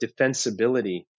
defensibility